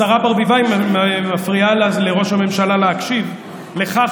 השרה ברביבאי מפריעה לראש הממשלה להקשיב לכך